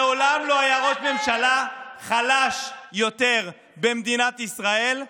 מעולם לא היה ראש ממשלה חלש יותר במדינת ישראל.